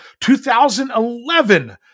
2011